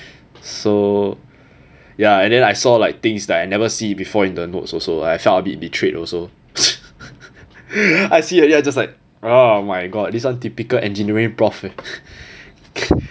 so ya and then I saw like things that I never see before in the notes also I felt abit betrayed also I see already I just like oh my god this one typical engineering prof eh